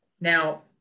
Now